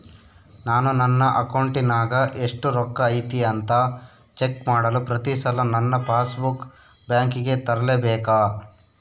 ನಾನು ನನ್ನ ಅಕೌಂಟಿನಾಗ ಎಷ್ಟು ರೊಕ್ಕ ಐತಿ ಅಂತಾ ಚೆಕ್ ಮಾಡಲು ಪ್ರತಿ ಸಲ ನನ್ನ ಪಾಸ್ ಬುಕ್ ಬ್ಯಾಂಕಿಗೆ ತರಲೆಬೇಕಾ?